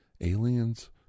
aliens